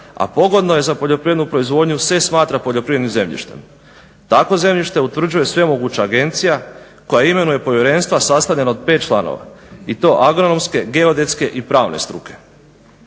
a pogodno je za poljoprivrednu proizvodnju se smatra poljoprivrednim zemljištem. Tako zemljište utvrđuje svemoguća agencija koja imenuje povjerenstvo sastavljeno od pet članova i to agronomske, geodetske i pravne struke.